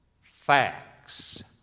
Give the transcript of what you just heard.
facts